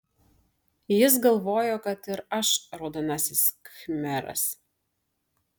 jis galvojo kad ir aš raudonasis khmeras